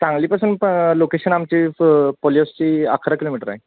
सांगलीपासून प लोकेशन आमची प पॉलिहाऊसची अकरा किलोमीटर आहे